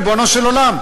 ריבונו של עולם,